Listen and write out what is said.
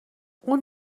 اون